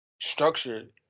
structured